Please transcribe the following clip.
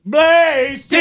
Blaze